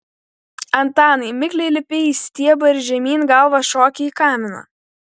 antanai mikliai lipi į stiebą ir žemyn galva šoki į kaminą